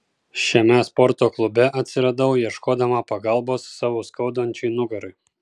šiame sporto klube atsiradau ieškodama pagalbos savo skaudančiai nugarai